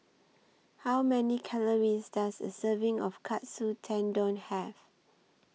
How Many Calories Does A Serving of Katsu Tendon Have